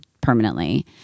permanently